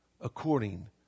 according